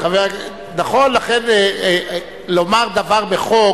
לכן לומר דבר בחוק,